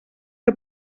que